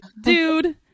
dude